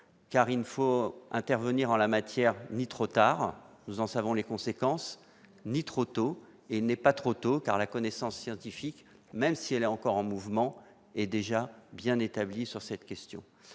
oui. Il ne faut intervenir ni trop tard- nous en savons les conséquences -ni trop tôt. Or il n'est pas trop tôt, car la connaissance scientifique, même si elle est encore en mouvement, est déjà bien établie. Le Sénat